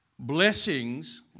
Blessings